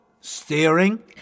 Steering